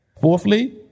Fourthly